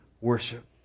worship